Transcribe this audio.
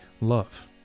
love